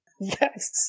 Yes